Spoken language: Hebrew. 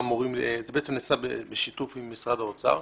זה בעצם נעשה בשיתוף עם משרד האוצר.